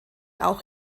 auch